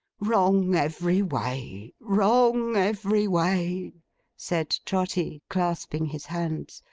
wrong every way. wrong every way said trotty, clasping his hands.